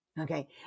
Okay